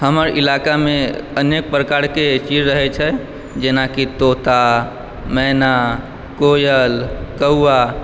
हमर ईलाकामे अनेक प्रकारके चिड़ रहैत छै जेनाकि तोता मैना कोयल कौआ